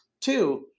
Two